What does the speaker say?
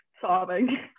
sobbing